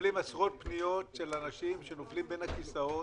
מקבלים עשרות פניות של אנשים שנופלים בין הכיסאות